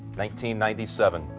nineteen ninety-seven.